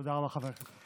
תודה רבה, חברי הכנסת.